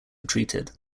retreated